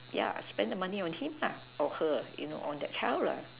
yeah spend the money on him lah or her you know on that child lah